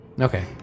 Okay